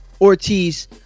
Ortiz